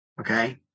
Okay